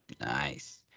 Nice